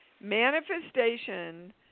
Manifestation